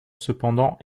cependant